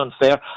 unfair